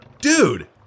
Dude